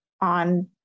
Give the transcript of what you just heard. on